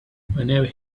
whenever